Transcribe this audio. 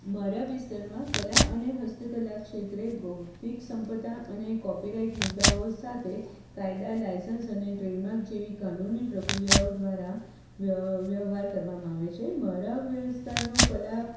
મારા વિસ્તારમાં કળા અને હસ્તકળા ક્ષેત્રે ભૌતિક સંપદા અને કોપીરાઈટ મુદ્દાઓ સાથે કાયદા લાયસન્સ અને ટ્રેડમાર્ક જેવી કાનૂની પ્રક્રિયાઓ દ્વારા વ્યવહાર કરવામાં આવે છે મારા વિસ્તારનું કળા